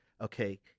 okay